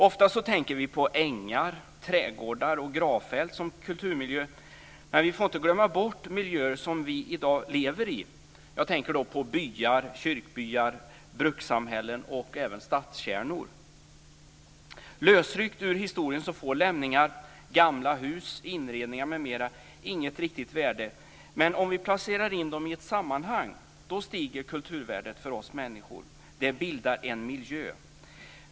Ofta tänker vi på ängar, trädgårdar och gravfält som kulturmiljöer, men vi får inte glömma bort miljöer som vi i dag lever i. Jag tänker på byar, kyrkbyar, brukssamhällen och även stadskärnor. Lösryckta ur historien får lämningar, gamla hus, inredningar m.m. inget riktigt värde, men om vi placerar dem i ett sammanhang stiger kulturvärdet för oss människor. Det bildas en miljö.